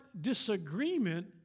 disagreement